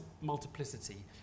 multiplicity